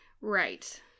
Right